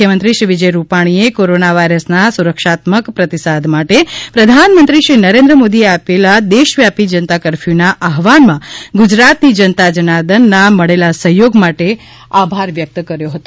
મુખ્યમંત્રી શ્રી વિજય રૂપાણીએ કોરોના વાયરસના સુરક્ષાત્મક પ્રતિસાદ માટે પ્રધાનમંત્રી શ્રી નરેન્દ્ર મોદીએ આપેલા દેશવ્યાપી જનતા કરર્ર્યુના આહવાનમાં ગુજરાતની જનતા જર્નાદળના મળેલાસહયોગ માટે આભાર વ્યકત કર્યો છે